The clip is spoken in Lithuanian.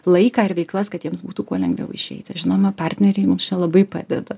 laiką ir veiklas kad jiems būtų kuo lengviau išeiti žinoma partneriai mums čia labai padeda